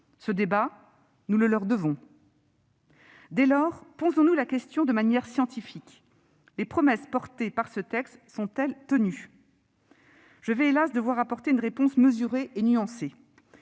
Ce débat, nous le leur devons. Dès lors, posons-nous la question de manière « scientifique » les promesses portées par ce texte sont-elles tenues ? Je vais hélas ! devoir apporter une réponse mesurée et nuancée,